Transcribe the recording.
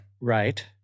Right